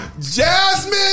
Jasmine